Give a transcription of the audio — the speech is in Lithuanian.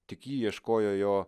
tik ji ieškojo jo